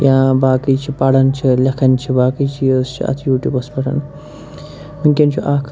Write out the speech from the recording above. یا باقٕے چھِ پران چھِ لٮ۪کھان چھِ باقٕے چیٖز چھِ اَتھ یوٗٹیوٗبَس پٮ۪ٹھَن وٕنۍکٮ۪ن چھِ اَکھ